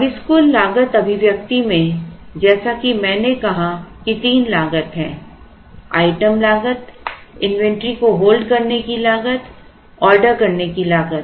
अब इस कुल लागत अभिव्यक्ति में जैसा कि मैंने कहा कि तीन लागत हैं आइटम लागत इन्वेंट्री को होल्ड करने की लागत ऑर्डर करने की लागत